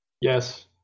yes